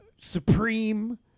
supreme